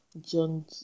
John